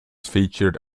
featured